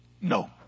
no